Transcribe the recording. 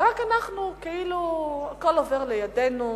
ורק אנחנו, כאילו הכול עובר לידנו,